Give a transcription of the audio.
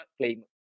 claim